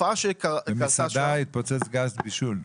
במסעדה התפוצץ גז בישול?